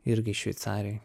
irgi šveicarijoj